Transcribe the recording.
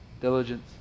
diligence